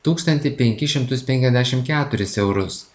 tūkstantį penkis šimtus penkiasdešim keturis eurus